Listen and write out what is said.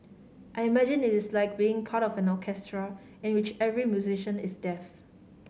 I imagine it is like being part of an orchestra in which every musician is deaf